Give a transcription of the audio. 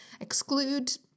exclude